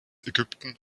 ägypten